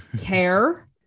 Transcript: care